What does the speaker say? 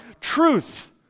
Truth